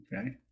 Okay